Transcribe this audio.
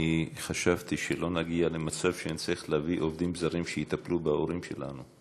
חשבתי שלא נגיע למצב שנצטרך להביא עובדים זרים שיטפלו בהורים שלנו.